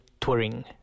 touring